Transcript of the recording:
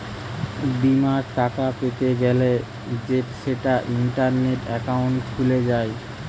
বিমার টাকা পেতে গ্যলে সেটা ইন্টারনেটে একাউন্ট খুলে যায়